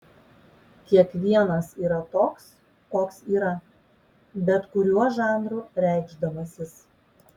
kiekvienas yra toks koks yra bet kuriuo žanru reikšdamasis